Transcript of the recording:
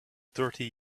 thirty